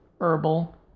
herbal